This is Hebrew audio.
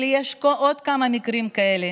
ויש עוד כמה מקרים כאלה,